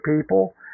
people